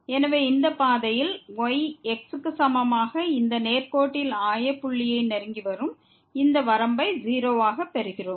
எனவே இந்த பாதையில் y x க்கு சமமாக இந்த நேர்கோட்டில் ஆய புள்ளியை நெருங்கிவரும் இந்த வரம்பை 0 ஆகப் பெறுகிறோம்